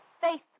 faith